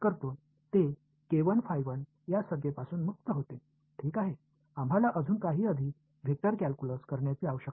நாம் செய்ய நிர்வகிப்பது எல்லாம் இந்த வெளிப்பாட்டில் இருந்து விடுபடுவதுதான் நாம் இன்னும் கொஞ்சம் வெக்டர் கால்குலஸ் செய்ய வேண்டும்